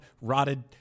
rotted